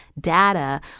data